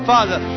Father